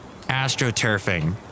Astroturfing